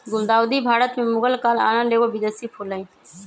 गुलदाऊदी भारत में मुगल काल आनल एगो विदेशी फूल हइ